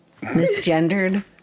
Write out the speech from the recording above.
Misgendered